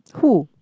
who